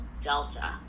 Delta